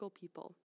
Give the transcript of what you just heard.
people